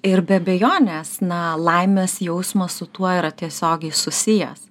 ir be abejonės na laimės jausmas su tuo yra tiesiogiai susijęs